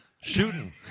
shooting